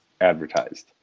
advertised